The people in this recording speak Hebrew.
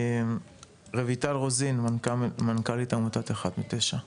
רויטל רוזין, מנכ"לית עמותת אחת מתשע.